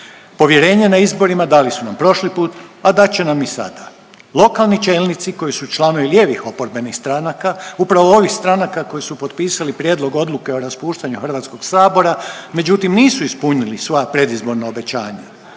Povjerenje na izborima dali su nam prošli put, a dat će nam i sada. Lokalni čelnici koji su članovi lijevih oporbenih stranaka upravo ovih stranaka koji su potpisali Prijedlog odluke o raspuštanju HS-a međutim nisu ispunili svoja predizborna obećanja.